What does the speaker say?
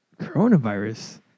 coronavirus